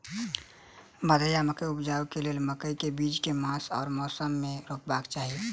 भदैया मकई उपजेबाक लेल मकई केँ बीज केँ मास आ मौसम मे रोपबाक चाहि?